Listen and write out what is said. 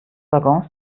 waggons